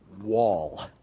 wall